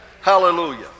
Hallelujah